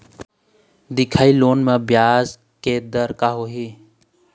दिखाही लोन म ब्याज के दर का होही?